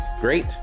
Great